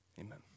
Amen